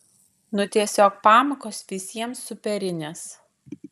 nu tiesiog pamokos visiems superinės